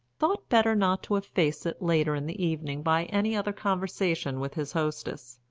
thought better not to efface it later in the evening by any other conversation with his hostess.